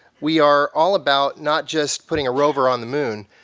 we are all about not just putting a rover on the moon,